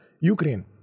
Ukraine